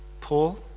Paul